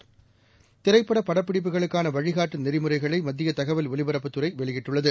் திரைப்பட படப்பிடிப்புகளுக்கான வழிகாட்டு நெறிமுறைகளை மத்திய தகவல் ஒலிபரப்புத்துறை வெளியிட்டுள்ளது